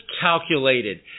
calculated